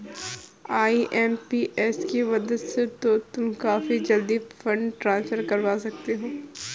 IMPS की मदद से तो तुम काफी जल्दी फंड ट्रांसफर करवा सकते हो